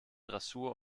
dressur